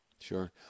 Sure